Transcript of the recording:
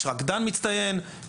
רקדנים מצטיינים,